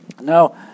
Now